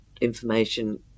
information